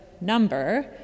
number